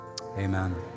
amen